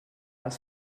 els